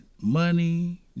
money